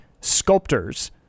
sculptors